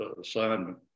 assignment